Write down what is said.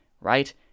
right